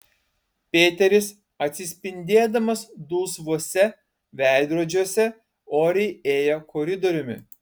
peteris atsispindėdamas dulsvuose veidrodžiuose oriai ėjo koridoriumi